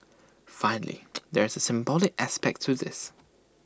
finally there is A symbolic aspect to this